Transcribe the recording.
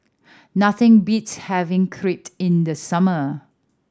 nothing beats having Crepe in the summer